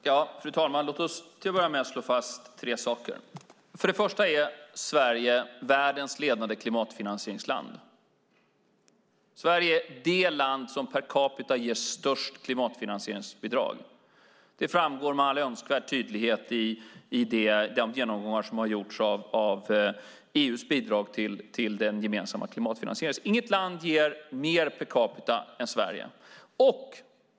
Fru talman! Låt oss till att börja med slå fast tre saker! För det första är Sverige världens ledande klimatfinansieringsland. Sverige är det land som per capita ger störst klimatfinansieringsbidrag. Det framgår med all önskvärd tydlighet i de genomgångar som har gjorts av EU:s bidrag till den gemensamma klimatfinansieringen. Inget land ger mer per capita än Sverige.